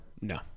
No